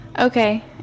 Okay